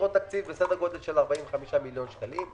בסדר גודל של 45 מיליון שלקים.